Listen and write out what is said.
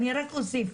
אני רק אוסיף,